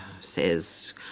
says